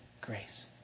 grace